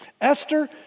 Esther